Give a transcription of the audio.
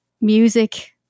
music